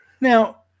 Now